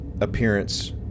appearance